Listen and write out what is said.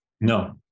No